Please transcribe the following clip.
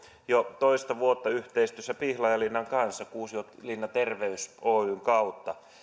jo toista vuotta tuotettu yhteistyössä pihlajalinnan kanssa kuusiolinna terveys oyn kautta